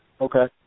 Okay